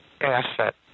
asset